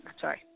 sorry